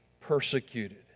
persecuted